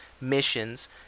missions